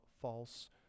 false